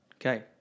Okay